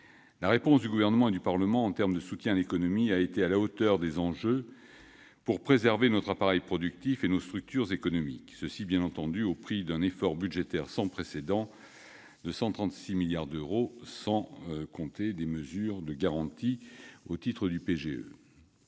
la réponse du Gouvernement et du Parlement en termes de soutien à l'économie a été à la hauteur des enjeux pour préserver notre appareil productif et nos structures économiques. Au prix, bien entendu, d'un effort budgétaire sans précédent, de 136 milliards d'euros- sans compter les mesures prises au titre du prêt